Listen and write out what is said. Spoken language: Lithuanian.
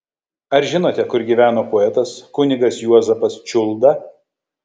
ar žinote kur gyveno poetas kunigas juozapas čiulda